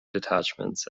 detachments